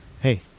hey